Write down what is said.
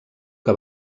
que